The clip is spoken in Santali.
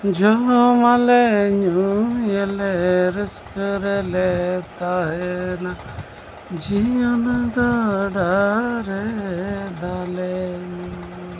ᱡᱚᱢ ᱟᱞᱮ ᱧᱩᱭᱟᱞᱮ ᱨᱟᱹᱥᱠᱟᱹ ᱨᱮᱞᱮ ᱛᱟᱦᱮᱸᱱᱟ ᱡᱤᱭᱚᱱ ᱜᱟᱰᱟ ᱨᱮ ᱫᱟᱜᱞᱮ ᱧᱩᱭᱟ